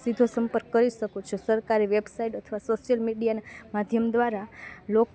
સીધો સંપર્ક કરી શકું છું સરકારી વેબસાઇટ અથવા સોસિયલ મીડિયાના માધ્યમ દ્વારા લોક